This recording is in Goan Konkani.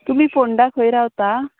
तुमी फोंडा खंय रावता